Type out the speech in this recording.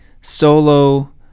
solo